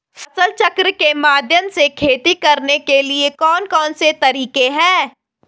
फसल चक्र के माध्यम से खेती करने के लिए कौन कौन से तरीके हैं?